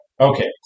Okay